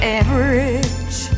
average